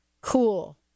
cool